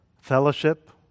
fellowship